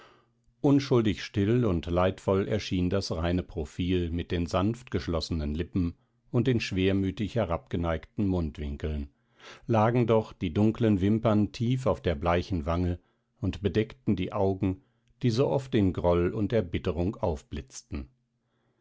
unschuldig still und leidvoll erschien das reine profil mit den sanftgeschlossenen lippen und den schwermütig herabgeneigten mundwinkeln lagen doch die dunklen wimpern tief auf der bleichen wange und bedeckten die augen die so oft in groll und erbitterung aufblitzten